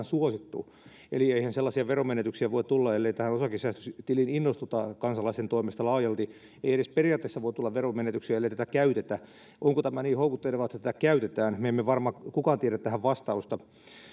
suosittu eli eihän sellaisia veromenetyksiä voi tulla ellei tähän osakesäästötiliin innostuta kansalaisten toimesta laajalti ei edes periaatteessa voi tulla veromenetyksiä ellei tätä käytetä onko tämä niin houkuttelevaa että tätä käytetään me emme varmaan kukaan tiedä tähän vastausta